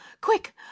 quick